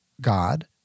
God